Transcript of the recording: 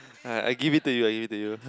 I I give it to you I give it to you